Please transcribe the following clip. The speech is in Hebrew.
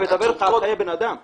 אני מדבר אתך על חיי אדם.